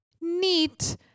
Neat